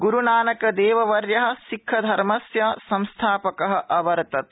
गुरूनानक देववर्य सिक्खधर्मस्य संस्थापक अवर्तत